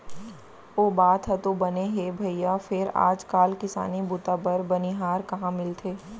ओ बात ह तो बने हे भइया फेर आज काल किसानी बूता बर बनिहार कहॉं मिलथे?